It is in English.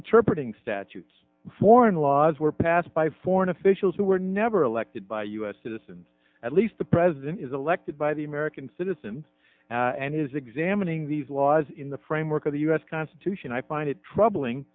interpret ing statutes foreign laws were passed by foreign officials who were never elected by u s citizens at least the president is elected by the american citizens and is examining these laws in the framework of the u s constitution i find it troubling